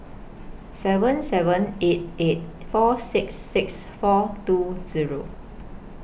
seven seven eight eight four six six four two Zero